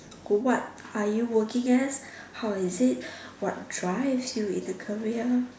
what are you working as how is it what drives you into career